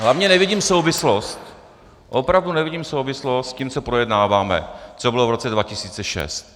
Hlavně nevidím souvislost, opravdu nevidím souvislost s tím, co projednáváme, co bylo v roce 2006.